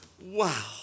Wow